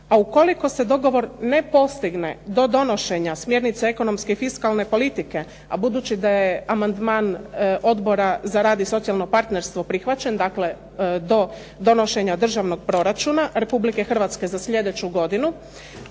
a ukoliko se dogovor ne postigne do donošenja smjernice ekonomske i fiskalne politike, a budući da je amandman Odbora za rad i socijalno partnerstvo prihvaćen, dakle do donošenja državnog proračuna Republike Hrvatske za slijedeću godinu,